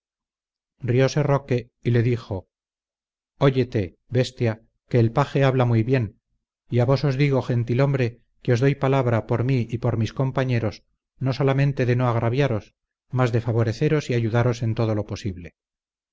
sierra-morena riose roque y le dijo óyete bestia que el paje habla muy bien y a vos os digo gentil hombre que os doy palabra por mí y por mis compañeros no solamente de no agraviaros mas de favoreceros y ayudaros en todo lo posible